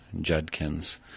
Juddkins